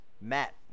Matt